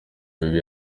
mibi